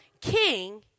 king